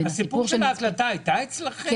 בין הסיפור של --- הסיפור שבהקלטה הייתה אצלכם?